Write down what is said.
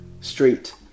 Street